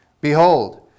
Behold